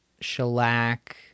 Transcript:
shellac